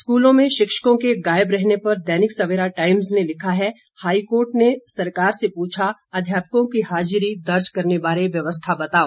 स्कूलों से शिक्षकों के गायब रहने पर दैनिक सवेरा टाइम्स ने लिखा है हाईकोर्ट ने सरकार से पूछा अध्यापकों की हाजिरी दर्ज करने बारे व्यवस्था बताओ